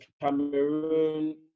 Cameroon